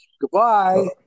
Goodbye